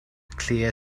clear